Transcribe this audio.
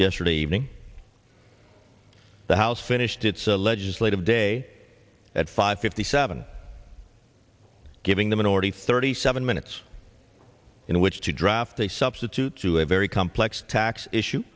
yesterday evening the house finished so legislative day at five fifty seven giving the minority thirty seven minutes in which to draft a substitute to a very complex tax issue